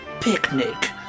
picnic